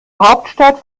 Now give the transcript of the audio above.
hauptstadt